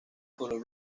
color